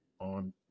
on